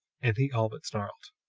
and he all but snarled.